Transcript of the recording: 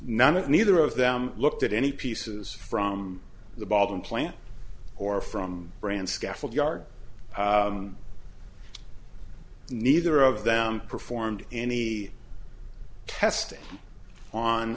none of neither of them looked at any pieces from the bottom plant or from brand scaffold yard neither of them performed any testing on